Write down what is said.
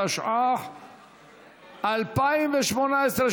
התשע"ח 2018,